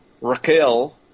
Raquel